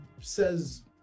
says